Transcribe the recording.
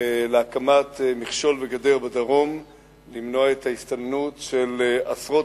להקמת מכשול וגדר בדרום למנוע את ההסתננות של עשרות